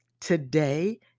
today